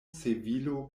sevilo